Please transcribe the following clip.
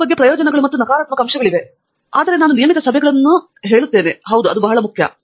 ಎರಡೂ ಬಗ್ಗೆ ಪ್ರಯೋಜನಗಳು ಮತ್ತು ನಕಾರಾತ್ಮಕ ಅಂಶಗಳಿವೆ ಆದರೆ ನಾನು ನಿಯಮಿತ ಸಭೆಗಳನ್ನು ಹೇಳುತ್ತೇನೆ ಹೌದು ಬಹಳ ಮುಖ್ಯ